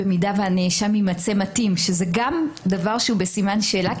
במידה שהנאשם יימצא מתאים זה גם דבר שהוא בסימן שאלה,